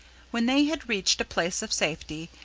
when they had reached a place of safety,